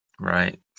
Right